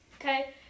Okay